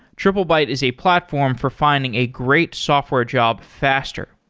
triplebyte is a platform for finding a great software job faster.